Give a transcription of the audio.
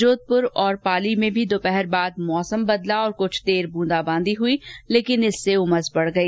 जोधप्र और पाली में भी दोपहर बाद मौसम बदला और कुछ देर ब्रंदाबादी हुई लेकिन इससे उमस बढ़ गई